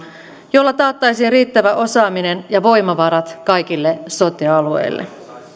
jolla taattaisiin riittävä osaaminen ja voimavarat kaikille sote alueille